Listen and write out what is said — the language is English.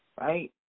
right